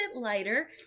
lighter